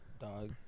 Dog